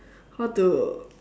how to